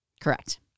Correct